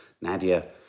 nadia